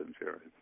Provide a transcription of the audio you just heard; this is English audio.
insurance